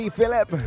Philip